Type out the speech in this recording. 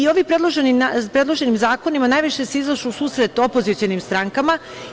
Ovim predloženim zakonima najviše se izašlo u susret opozicionim strankama.